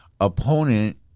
opponent